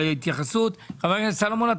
הכנסת סלומון?